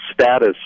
status